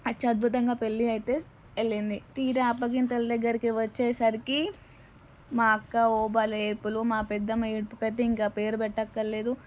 అత్యద్భుతంగా పెళ్ళి అయితే వెళ్ళింది తీరా అప్పగింతల దగ్గరకి వచ్చేసరికి మా అక్క ఓ భలే ఏడ్పులు మా పెద్దమ్మ ఏడుపుకి అయితే ఇంకా పేరు పెట్టక్కర్లేదు